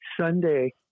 Sunday